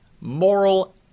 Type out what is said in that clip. moral